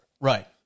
Right